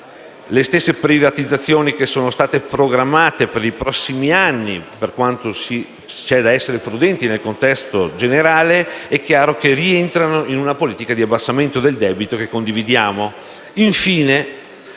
Le stesse privatizzazioni che sono state programmate per i prossimi anni, per quanto ci sia da essere prudenti nel contesto generale, rientrano chiaramente in una politica di abbassamento del debito che condividiamo.